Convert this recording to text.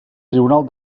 tribunal